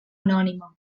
anònima